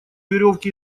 веревке